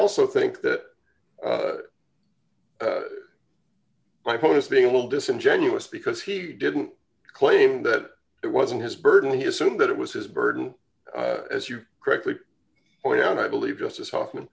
also think that my bonus being a little disingenuous because he didn't claim that it wasn't his burden he assumed that it was his burden as you correctly point out and i believe justice hoffman